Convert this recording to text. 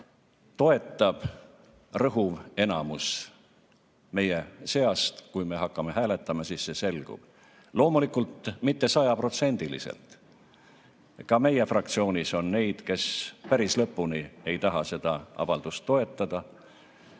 seda toetab rõhuv enamus meie seast. Kui me hakkame hääletama, siis see selgub. Loomulikult [ei toetata] mitte sajaprotsendiliselt. Ka meie fraktsioonis on neid, kes päris lõpuni ei taha seda avaldust toetada.